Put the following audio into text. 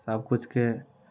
सब किछुके